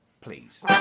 please